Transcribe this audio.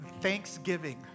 thanksgiving